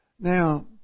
Now